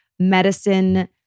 medicine